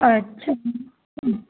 अच्छा